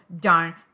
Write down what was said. darn